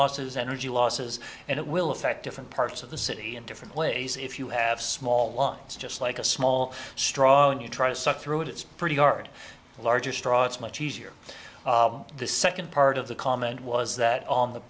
losses energy losses and it will affect different parts of the city in different ways if you have small lines just like a small straw and you try to suck through it it's pretty hard the larger straw it's much easier the second part of the comment was that on the